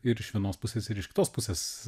ir iš vienos pusės ir iš kitos pusės